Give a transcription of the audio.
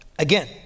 Again